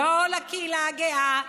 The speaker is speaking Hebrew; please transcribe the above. לא לקהילה הגאה.